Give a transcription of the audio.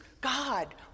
God